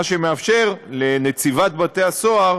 והדבר מאפשר לנציבות בתי-הסוהר